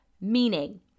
meaning